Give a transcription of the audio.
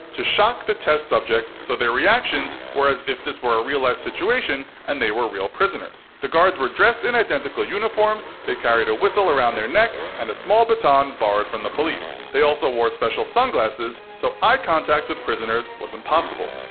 to shock the test subjects so their reactions were as if this were a real life situation and they were real prisoners. the guards were dressed in identical uniforms, they carried a whistle around their neck and a small baton borrowed from the police. they also wore special sunglasses, so eye contact with prisoners was impossible.